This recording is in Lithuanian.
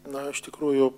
na iš tikrųjų